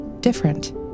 different